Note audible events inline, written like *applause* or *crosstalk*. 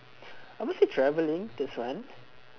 *breath* I would say travelling that's one